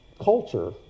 culture